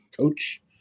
coach